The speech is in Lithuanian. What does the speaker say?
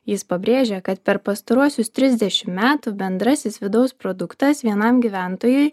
jis pabrėžė kad per pastaruosius trisdešim metų bendrasis vidaus produktas vienam gyventojui